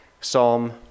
Psalm